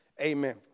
Amen